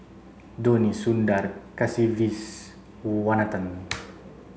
Dhoni Sundar Kasiviswanathan